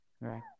Right